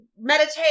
meditate